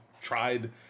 tried